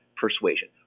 persuasion